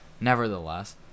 nevertheless